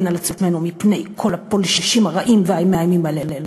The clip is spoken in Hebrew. על עצמנו מפני כל הפולשים הרעים המאיימים עלינו.